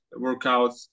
workouts